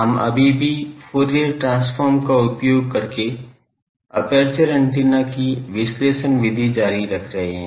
हम अभी भी फूरियर ट्रांसफॉर्म का उपयोग करके एपर्चर एंटीना की विश्लेषण विधि जारी रख रहे हैं